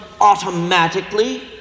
automatically